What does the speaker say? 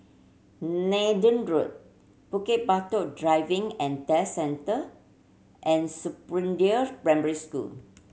Nathan Road Bukit Batok Driving and Test Centre and Springdale Primary School